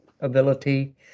ability